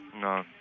No